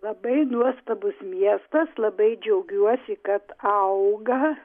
labai nuostabus miestas labai džiaugiuosi kad auga